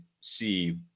see